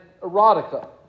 erotica